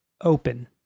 open